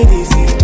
easy